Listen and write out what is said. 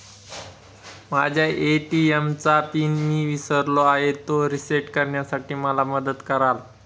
माझ्या ए.टी.एम चा पिन मी विसरलो आहे, तो रिसेट करण्यासाठी मला मदत कराल?